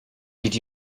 did